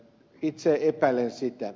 itse epäilen sitä